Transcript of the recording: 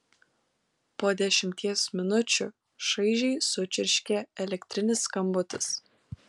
po dešimties minučių šaižiai sučirškė elektrinis skambutis